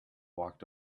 walked